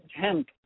hemp